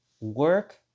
Work